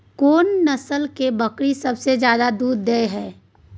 कोन नस्ल के बकरी सबसे ज्यादा दूध दय हय?